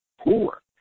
poor